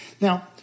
Now